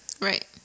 Right